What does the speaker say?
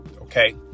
Okay